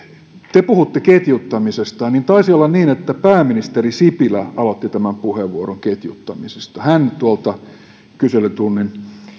te puhutte ketjuttamisesta niin taisi olla niin että pääministeri sipilä aloitti tämän puheenvuoron ketjuttamisista hän tuolta kyselytunnin